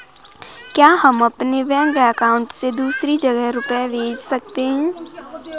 क्या हम अपने बैंक अकाउंट से दूसरी जगह रुपये भेज सकते हैं?